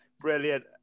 brilliant